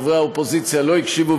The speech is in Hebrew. חברי האופוזיציה לא הקשיבו,